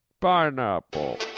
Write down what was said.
pineapple